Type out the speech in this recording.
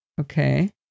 Okay